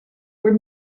were